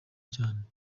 cyane